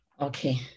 okay